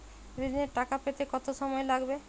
ঋণের টাকা পেতে কত সময় লাগবে?